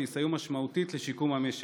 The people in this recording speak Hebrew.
שיסייעו משמעותית לשיקום המשק.